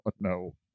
No